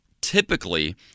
typically